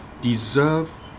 deserve